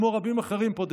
כמו רבים אחרים פה,